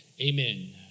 Amen